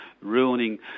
ruining